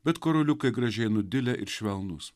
bet karoliukai gražiai nudilę ir švelnūs